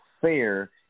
fair